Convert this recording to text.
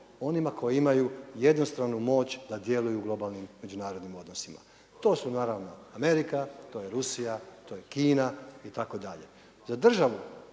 Onima koji imaju jednostranu moć da djeluju u globalnim međunarodnim odnosima. To su naravno Amerika, to je Rusija, to je Kina itd. Za državu